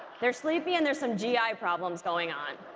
they're sleepy and there's some gi problems going on